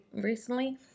recently